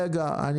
כרגע בשלב הזה אני